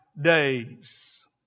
days